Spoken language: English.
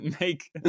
make